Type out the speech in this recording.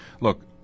look